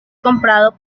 comprado